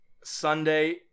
Sunday